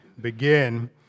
begin